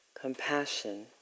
compassion